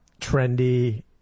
trendy